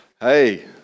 Hey